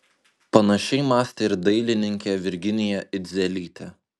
panašiai mąstė ir dailininkė virginija idzelytė